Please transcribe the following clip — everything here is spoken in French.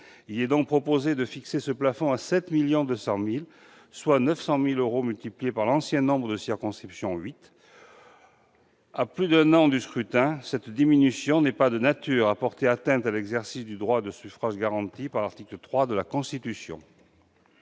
Il est donc proposé de fixer ce plafond à 7 200 000 euros, soit 900 000 euros multipliés par l'ancien nombre de circonscriptions- huit. À plus d'un an du scrutin, cette diminution n'est pas de nature à porter atteinte à l'exercice du droit de suffrage garanti par l'article 3 de la Constitution.